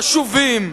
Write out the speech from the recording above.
וחשובים.